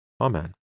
Amen